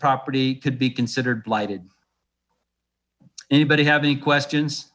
property could be considered blighted anybody have any questions